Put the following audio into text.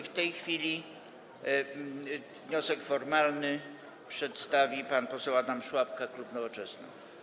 W tej chwili wniosek formalny przedstawi pan poseł Adam Szłapka, klub Nowoczesna.